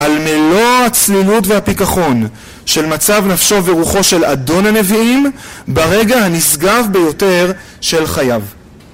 על מלוא הצלילות והפיכחון של מצב נפשו ורוחו של אדון הנביאים ברגע הנשגב ביותר של חייו.